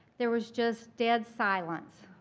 there was just dead silence.